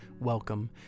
welcome